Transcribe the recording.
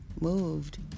Moved